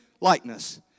likeness